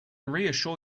reassure